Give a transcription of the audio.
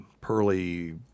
pearly